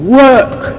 work